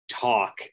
talk